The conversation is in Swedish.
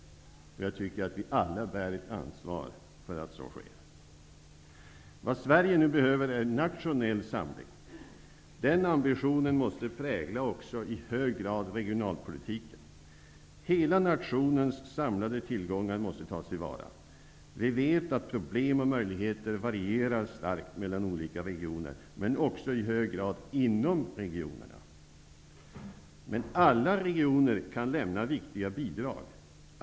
Jag tycker att vi alla bär ett ansvar för att så sker. Vad Sverige nu behöver är nationell samling. Den ambitionen måste också i hög grad prägla regionalpolitiken. Hela nationens samlade tillgångar måste tas till vara. Vi vet att problem och möjligheter varierar starkt mellan olika regioner, men också i hög grad inom regionerna. Men alla regioner kan lämna viktiga bidrag.